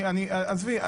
עזבי.